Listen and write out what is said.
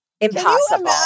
Impossible